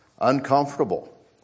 uncomfortable